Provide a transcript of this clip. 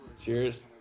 Cheers